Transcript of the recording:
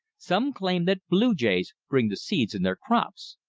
some claim that blue jays bring the seeds in their crops.